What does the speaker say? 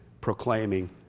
proclaiming